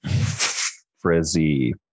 frizzy